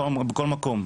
בכל מקום,